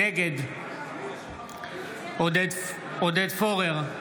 נגד עודד פורר,